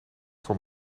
voor